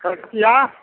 कलकतिआ